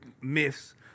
myths